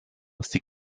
sie